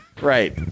Right